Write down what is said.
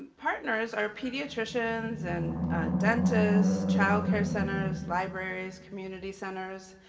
partners are pediatricians, and dentists, child care centers, libraries, community centers,